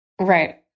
right